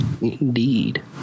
indeed